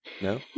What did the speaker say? No